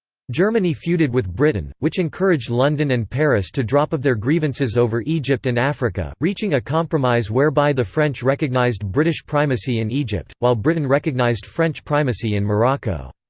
germany feuded with britain, which encouraged london and paris to drop of their grievances over egypt and africa, reaching a compromise whereby the french recognized british primacy in egypt, while britain recognized french primacy in morocco.